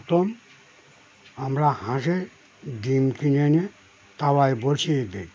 প্রথম আমরা হাসে ডিম কিনে এনে তওয়াই বসিয়ে দি